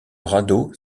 radeau